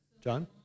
John